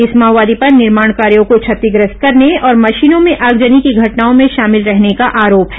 इस माओवादी पर निर्माण कार्यो को क्षतिग्रस्त करने और मशीनों में आगजनी की घटनाओं में शामिल रहने का आरोप है